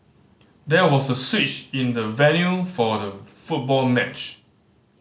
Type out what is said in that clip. there was a switch in the venue for the football match